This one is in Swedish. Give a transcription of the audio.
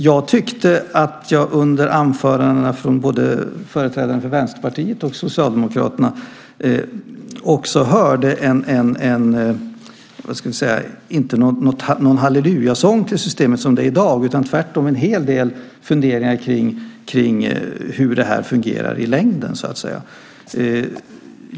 Jag tyckte att jag under anförandena från företrädarna för både Vänsterpartiet och Socialdemokraterna inte hörde någon hallelujasång till systemet som det är i dag utan tvärtom en hel del funderingar kring hur det här fungerar i längden.